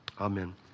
Amen